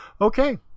Okay